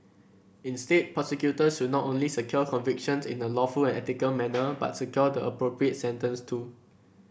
instead prosecutors should not only secure convictions in a lawful and ethical manner but secure the appropriate sentence too